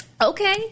Okay